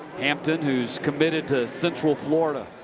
hampton, who's committed to central florida.